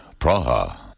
Praha